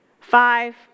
Five